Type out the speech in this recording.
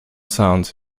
sounds